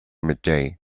midday